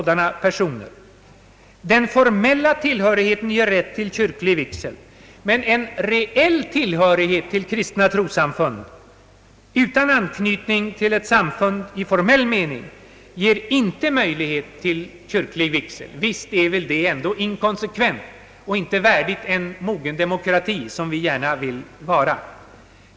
Den formella tillhörigheten ger rätt till kyrklig vigsel, men en reell tillhörighet till kristna trossamfund utan anknytning till ett samfund i formell mening ger inte möjlighet till kyrklig vigsel. Visst är väl detta inkonsekvent och ovärdigt en mogen demokrati, vilket vi gärna vill att vårt land skall vara.